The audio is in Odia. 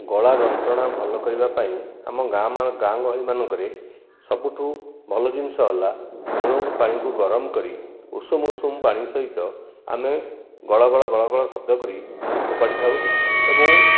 ଗଳା ଯନ୍ତ୍ରଣା ଭଲ କରିବା ପାଇଁ ଆମ ଗାଁ ମାନ ଗହଳିମାନଙ୍କରେ ସବୁଠାରୁ ଭଲ ଜିନିଷ ହେଲା ଲୁଣକୁ ପାଣିକୁ ଗରମ କରି ଉଷୁମ ଉଷୁମ ପାଣି ସହିତ ଆମେ ଗଳଗଳ ଗଳଗଳ ଶବ୍ଦ କରି ଫୋପାଡ଼ି ଥାଉ ଏବଂ